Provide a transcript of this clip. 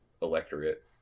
electorate